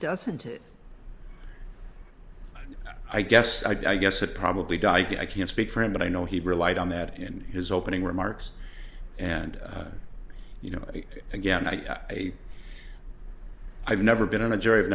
doesn't it i guess i guess it probably dykey i can't speak for him but i know he relied on that in his opening remarks and you know again i have never been on a jury